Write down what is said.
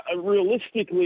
realistically